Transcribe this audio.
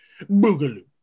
Boogaloo